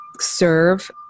serve